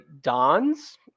dons